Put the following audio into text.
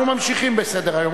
אנחנו ממשיכים בסדר-היום.